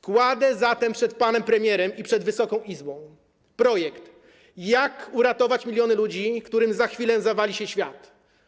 Kładę zatem przed panem premierem i przed Wysoką Izbą projekt dotyczący tego, jak uratować miliony ludzi, którym za chwilę zawali się świat.